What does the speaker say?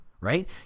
right